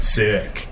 sick